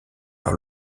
par